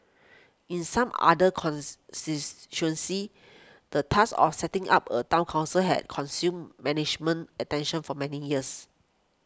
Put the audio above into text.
in some other the task of setting up a Town Council has consumed management attention for many years